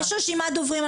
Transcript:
יש רשימת דוברים.